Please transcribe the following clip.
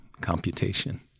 computation